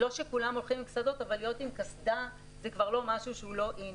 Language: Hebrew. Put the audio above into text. לא שכולם הולכים עם קסדות אבל להיות עם קסדה זה כבר לא משהו שהוא לא in.